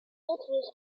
tourist